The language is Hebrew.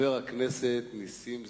חבר הכנסת נסים זאב.